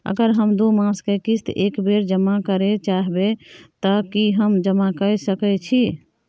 अगर हम दू मास के किस्त एक बेर जमा करे चाहबे तय की हम जमा कय सके छि?